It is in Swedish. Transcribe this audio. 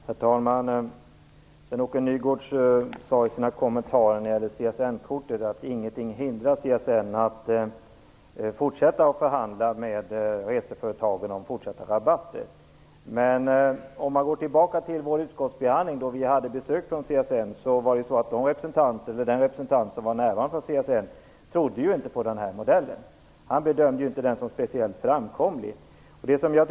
Herr talman! Sven-Åke Nygårds sade i sina kommentarer när det gäller CSN-kortet att ingenting hindrar CSN från att fortsätta att förhandla med reseföretagen om fortsatta rabatter. När vi i vår utskottsbehandling besöktes av CSN trodde inte den närvarande representanten från CSN på denna modell. Han bedömde den inte som speciellt framkomlig.